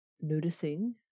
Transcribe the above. noticing